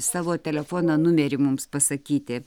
savo telefono numerį mums pasakyti